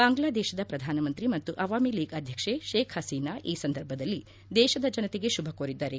ಬಾಂಗ್ಲಾದೇಶದ ಪ್ರಧಾನಮಂತ್ರಿ ಮತ್ತು ಆವಾಮಿ ಲೀಗ್ ಅಧ್ಯಕ್ಷೆ ಶೇಖ್ ಹಸೀನಾ ಈ ಸಂದರ್ಭದಲ್ಲಿ ದೇಶದ ಜನತೆಗೆ ಶುಭ ಕೋರಿದ್ದಾರೆ